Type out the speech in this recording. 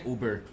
Uber